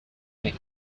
made